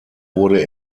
wurde